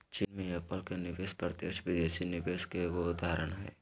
चीन मे एप्पल के निवेश प्रत्यक्ष विदेशी निवेश के एगो उदाहरण हय